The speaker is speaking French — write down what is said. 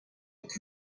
est